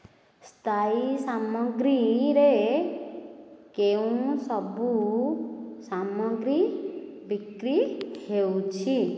ସ୍ଥାୟୀ ସାମଗ୍ରୀରେ କେଉଁସବୁ ସାମଗ୍ରୀ ବିକ୍ରି ହେଉଛି